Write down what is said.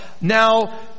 now